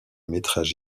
métrage